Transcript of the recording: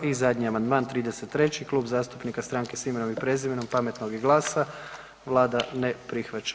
I zadnji amandman, 33., Klub zastupnika Stranke s imenom i prezimenom, Pametnog i GLAS-a Vlada ne prihvaća.